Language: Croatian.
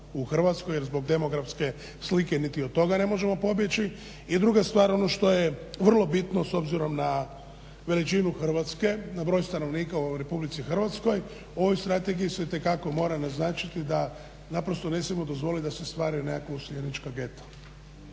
u Hrvatskoj jer zbog demografske slike niti od toga ne možemo pobjeći. I druga stvar ono što je vrlo bitno s obzirom na veličinu Hrvatske, na broj stanovnika u RH o ovoj strategiji se itekako moram naznačiti da naprosto ne smijemo dozvoliti da se stvari nekako …/Govornik se